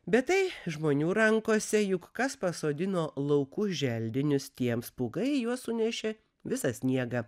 bet tai žmonių rankose juk kas pasodino laukų želdinius tiems pūga į juos sunešė visą sniegą